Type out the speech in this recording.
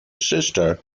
sister